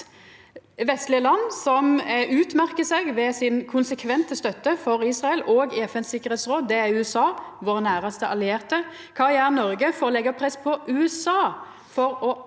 vestleg land som utmerkjer seg ved sin konsekvente støtte for Israel òg i FNs tryggingsråd. Det er USA, vår næraste allierte. Kva gjer Noreg for å leggja press på USA for